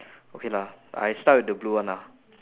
okay lah I start with the blue one lah